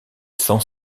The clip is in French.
sans